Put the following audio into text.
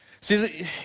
See